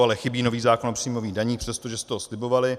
Ale chybí nový zákon o příjmových daních, přestože jste ho slibovali.